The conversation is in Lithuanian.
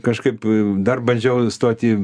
kažkaip dar bandžiau stot į